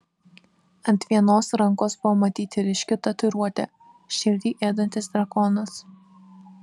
ant vienos rankos buvo matyti ryški tatuiruotė širdį ėdantis drakonas